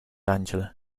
angela